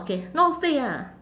okay not fake ah